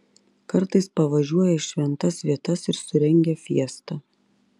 kartais pavažiuoja į šventas vietas ir surengia fiestą